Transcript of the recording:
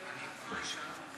חבר הכנסת ילין, אני צריך את